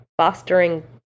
fostering